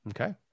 Okay